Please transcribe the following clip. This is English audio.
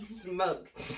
smoked